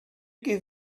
give